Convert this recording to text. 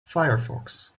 firefox